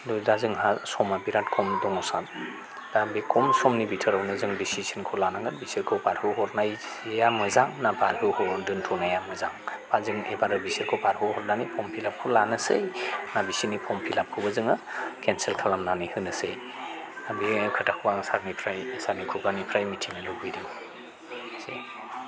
दा जोंहा समा बिराद खम दङ सार दा बे खम समनि भिथोरावनो जोङो दिसिज'नखौ लानांगोन बिसोरखौ बारहोहरनाया मोजां ना बारहोहर दोनथ'नाया मोजां बा जों एबारै जों बिसोरखौ बारहोहरनानै फर्म फिलआपखौ लानोसै ना बिसोरनि फर्म फिलआपखौबो जोङो केनसेल खालामनानै होनोसै बे खोथाखौ आं सारनिफ्राय सारनि खुगानिफ्राय मिथिनो लुबैदों